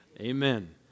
Amen